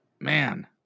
man